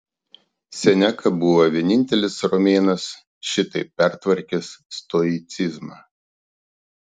seneka buvo vienintelis romėnas šitaip pertvarkęs stoicizmą